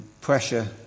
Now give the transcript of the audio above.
pressure